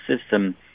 system